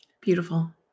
Beautiful